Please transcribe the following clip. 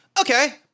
Okay